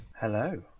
Hello